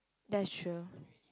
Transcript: that's true